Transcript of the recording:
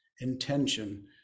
intention